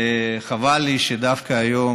וחבל לי שדווקא היום,